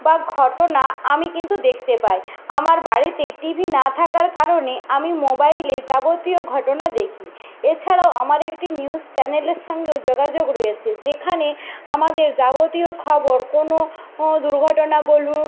বা ঘটনা আমি কিন্তু দেখতে পাই আমার বাড়িতে টি ভি না থাকার কারণে আমি মোবাইলে যাবতীয় ঘটনা দেখি এছাড়াও আমার একটি নিউজ চ্যানেলের সঙ্গেও যোগাযোগ রয়েছে যেখানে আমাদের যাবতীয় খবর কোনো দুর্ঘটনা বলুন